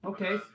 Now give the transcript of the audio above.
Okay